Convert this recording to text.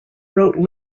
wrote